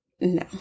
No